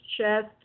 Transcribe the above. chest